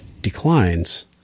declines